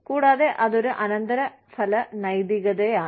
കൂടാതെ അതൊരു അനന്തരഫല നൈതികതയാണ്